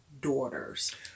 daughters